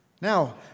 Now